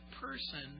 person